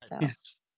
Yes